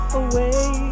away